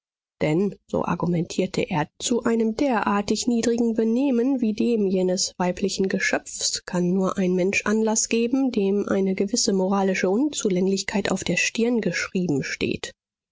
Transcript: denn so argumentierte er zu einem derartig niedrigen benehmen wie dem jenes weiblichen geschöpfs kann nur ein mensch anlaß geben dem eine gewisse moralische unzulänglichkeit auf der stirn geschrieben steht